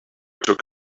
took